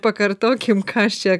pakartokim ką aš čia